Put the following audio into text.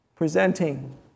presenting